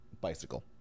Bicycle